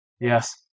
Yes